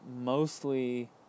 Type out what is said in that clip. mostly